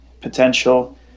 potential